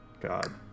God